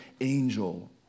angel